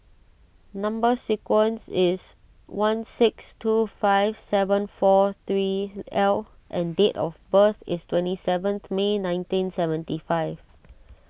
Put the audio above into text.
Number Sequence is one six two five seven four three L and date of birth is twenty seventh May nineteen seventy five